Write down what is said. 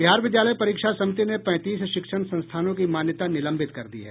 बिहार विद्यालय परीक्षा समिति ने पैंतीस शिक्षण संस्थानों की मान्यता निलंबित कर दी है